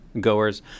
Goers